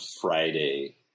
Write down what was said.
Friday